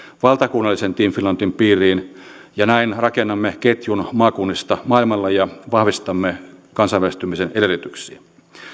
valtakunnallisen team finlandin piiriin ja näin rakennamme ketjun maakunnista maailmalle ja vahvistamme kansainvälistymisen edellytyksiä